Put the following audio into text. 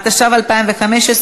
התשע"ו 2015,